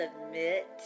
submit